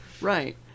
Right